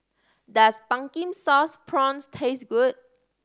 does Pumpkin Sauce Prawns taste good